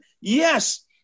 Yes